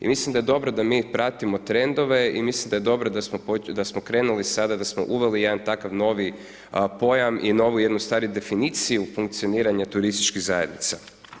I mislim da je dobro da mi pratimo trendove i mislim da je dobro da smo počeli, da smo krenuli sada, da smo uveli jedan takav novi pojam i novu jednu ustvari definiciju funkcioniranja turističkih zajednica.